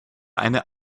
eine